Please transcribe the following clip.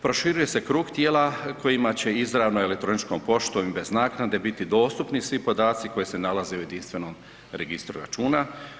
Proširuje se krug tijela kojima će izravno elektroničkom poštom i bez naknade biti dostupni svi podaci koji se nalaze u jedinstvenom registru računa.